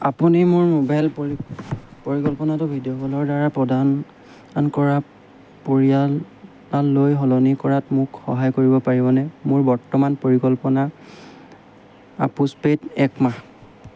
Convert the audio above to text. আপুনি মোৰ মোবাইল পৰি পৰিকল্পনাটো ভিডিঅ' কলৰদ্বাৰা প্ৰদান আন কৰা পৰিয়াল আললৈ সলনি কৰাত মোক সহায় কৰিব পাৰিবনে মোৰ বৰ্তমান পৰিকল্পনা পোষ্টপেইড এক মাহ